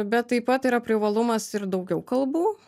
bet taip pat yra privalumas ir daugiau kalbų